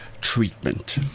treatment